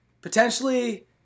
potentially –